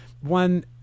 one